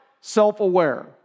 self-aware